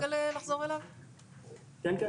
כן, אני